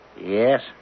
Yes